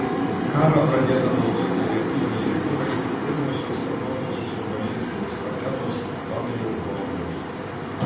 karą pradėta naudota reaktyviniai lėktuvai pirmosios sparnuotosios ir balistinės raketos atominės bombos